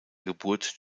geburt